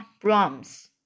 Brahms